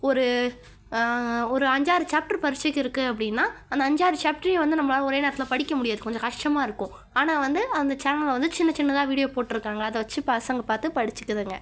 ஒரு ஒரு அஞ்சாறு சாப்டர் பரிட்சைக்கு இருக்குது அப்படின்னா அந்த அஞ்சாறு சாப்டரையும் வந்து நம்மளால் ஒரே நேரத்தில் படிக்க முடியாது கொஞ்சம் கஷ்டமாக இருக்கும் ஆனால் வந்து அந்த சேனலில் வந்து சின்ன சின்னதாக வீடியோ போட்டிருக்காங்க அதை வைச்சு பசங்கள் பார்த்து படிச்சுக்குதுங்க